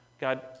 God